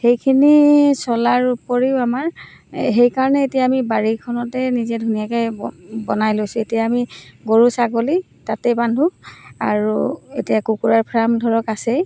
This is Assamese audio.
সেইখিনি চলাৰ উপৰিও আমাৰ সেইকাৰণে এতিয়া আমি বাৰীখনতে নিজে ধুনীয়াকৈ বনাই লৈছোঁ এতিয়া আমি গৰু ছাগলী তাতে বান্ধো আৰু এতিয়া কুকুৰাৰ ফাৰ্ম ধৰক আছেই